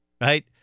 right